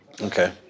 Okay